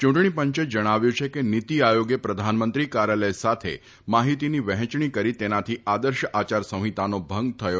યૂંટણી પંચે જણાવ્યું છે કે નીતિ આયોગે પ્રધાનમંત્રી કાર્યાલય સાથે માહિતીની વફેંચણી કરી તેનાથી આદર્શ આ ચા રસંફિતાનો ભંગ થયો નથી